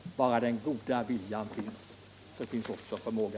Bara den goda viljan finns, så finns också förmåga.